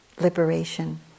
liberation